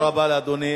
תודה רבה לאדוני.